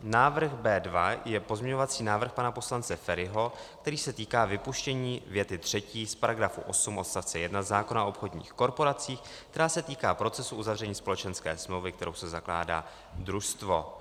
Návrh B2 je pozměňovací návrh pana poslance Feriho, který se týká vypuštění věty třetí z paragrafu 8 odstavce 1 zákona o obchodních korporacích, která se týká procesu uzavření společenské smlouvy, kterou se zakládá družstvo.